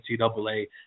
NCAA